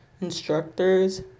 instructors